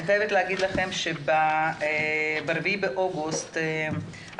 אני חייבת לומר לכם שב-4 לאוגוסט עלתה